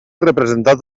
representat